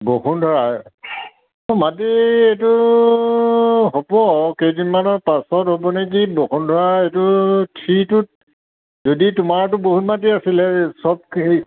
বসুন্ধৰা মাটি এইটো হ'ব কেইদিমানৰ পাছত হ'ব নেকি বসুন্ধৰা এইটো থ্ৰীটোত যদি তোমাৰতো বহু মাটি আছিলে চব কেহি